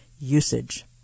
usage